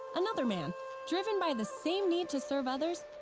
another man driven by the same need to serve others,